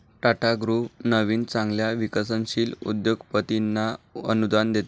Tata group नवीन चांगल्या विकसनशील उद्योगपतींना अनुदान देते